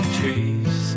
trees